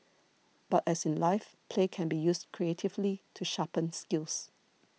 but as in life play can be used creatively to sharpen skills